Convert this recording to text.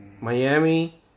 Miami